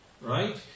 right